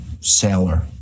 sailor